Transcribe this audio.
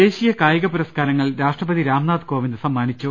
ദേശീയ കായിക പുരസ്കാരങ്ങൾ രാഷ്ട്രപതി രാംനാഥ് കോവിന്ദ് സമ്മാനിച്ചു